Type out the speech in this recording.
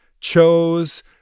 chose